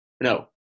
no